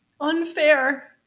unfair